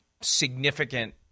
significant